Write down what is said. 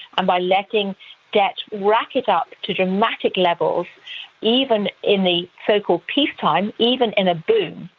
and by letting debt racket up to dramatic levels even in the so-called peace time, even in a boom.